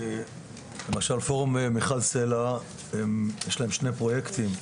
למשל פורום מיכל סלה יש להם שני פרוייקטים,